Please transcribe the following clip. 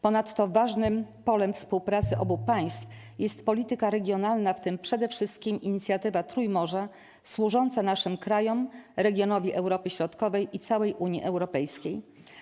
Ponadto ważnym polem współpracy obu państw jest polityka regionalna, w tym przede wszystkim Inicjatywa Trójmorza, służąca naszym krajom, regionowi Europy Środkowej i całej Unii Europejskiej.